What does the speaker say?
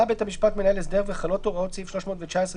בית המשפט מנהל הסדר וחלות הוראות סעיף 319יג(ב),